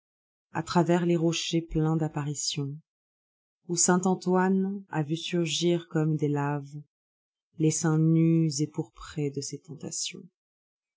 gravera travers les rochers pleins d'apparitions où saint antoine a vu surgir comme des lavesles seins nus et pourprés de ses tentations